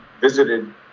visited